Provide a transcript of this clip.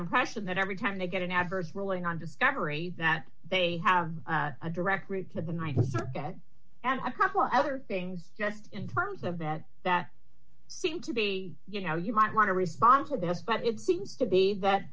impression that every time they get an adverse ruling on discovery that they have a direct route to the th circuit and i purple other things just in terms of that that seem to be you know you might want to respond to this but it seems to be that